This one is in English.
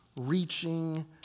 reaching